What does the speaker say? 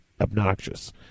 obnoxious